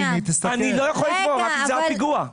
אני לא יכול לתבוע, רק אם זה היה פיגוע.